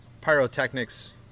Pyrotechnics